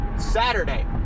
Saturday